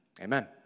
Amen